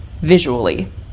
visually